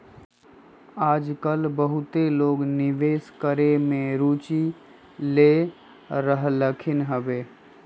याजकाल बहुते लोग निवेश करेमे में रुचि ले रहलखिन्ह हबे